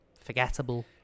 forgettable